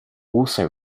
also